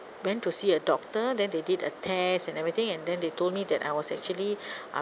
went to see a doctor then they did a test and everything and then they told me that I was actually uh